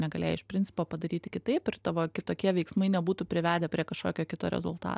negalėjai iš principo padaryti kitaip ir tavo kitokie veiksmai nebūtų privedę prie kažkokio kito rezultato